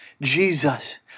Jesus